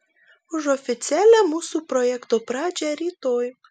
už oficialią mūsų projekto pradžią rytoj